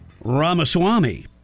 Ramaswamy